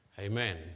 Amen